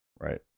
Right